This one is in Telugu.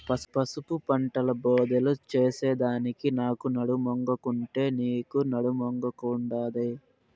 పసుపు పంటల బోదెలు చేసెదానికి నాకు నడుమొంగకుండే, నీకూ నడుమొంగకుండాదే